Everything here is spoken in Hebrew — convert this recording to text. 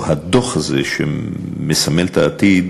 או הדוח הזה, שמסמל את העתיד,